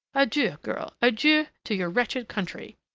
adieu, girl! adieu to your wretched country!